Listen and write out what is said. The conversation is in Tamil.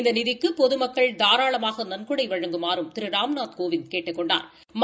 இந்த நிதிக்கு பொதுமக்கள் தாராளமாக நன்கொடை வழங்குமாறும் திரு ராம்நாத் கோவிந்த் கேட்டுக் கொண்டாா்